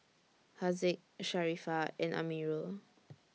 Haziq Sharifah and Amirul